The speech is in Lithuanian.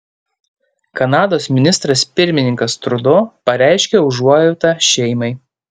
kanados ministras pirmininkas trudo pareiškė užuojautą šeimai